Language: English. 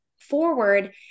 forward